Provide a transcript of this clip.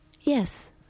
Yes